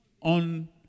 on